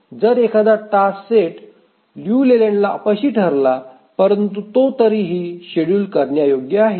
जर एखादा task set लियू लेलँडला अपयशी ठरला परंतु तो तरीही शेड्यूल करण्यायोग्य आहे